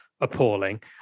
appalling